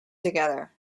together